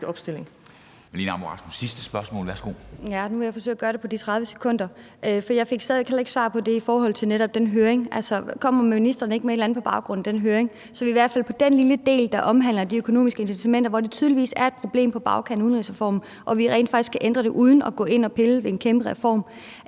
jeg fik stadig væk heller ikke svar på det om den høring. Kommer ministeren ikke med et eller andet på baggrund af den høring, i hvert fald om den lille del, der omhandler de økonomiske incitamenter, hvor der tydeligvis er et problem på bagkant af udligningsreformen, og hvor vi rent faktisk kan ændre det uden at gå ind og pille ved en kæmpe reform?